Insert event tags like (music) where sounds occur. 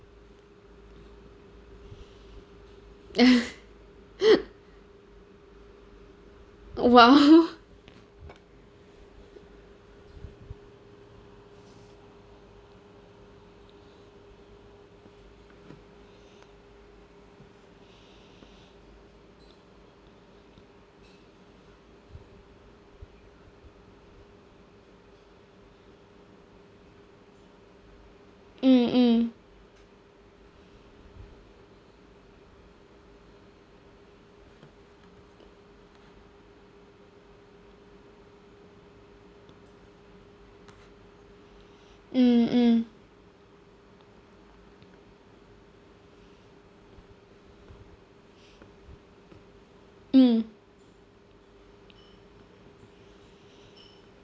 (laughs) !wow! mm mm mm mm mm